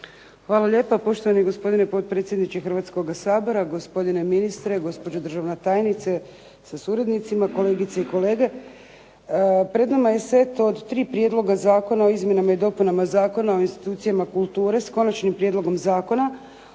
Hvala lijepa. Poštovani gospodine potpredsjedniče Hrvatskoga sabora, gospodine ministre, gospođo državna tajnice sa suradnicima, kolegice i kolege. Pred nama je set od tri prijedloga zakona o izmjenama i dopunama o institucijama kulture s konačnim prijedlogom zakona